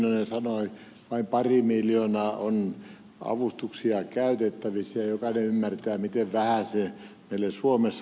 heinonen sanoi vain pari miljoonaa on avustuksia käytettävissä ja jokainen ymmärtää miten vähän se meillä suomessa on